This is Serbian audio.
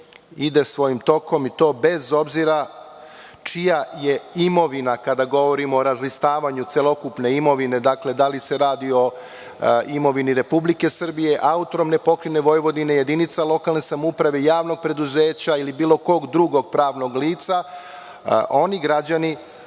ide svojim tokom i to bez obzira čija je imovina kada govorimo o razlistavanju celokupne imovine. Dakle, da li se radi o imovini Republike Srbije, AP Vojvodina, jedinica lokalne samouprave, javnog preduzeća ili bilo kog drugog pravnog lica. Oni građani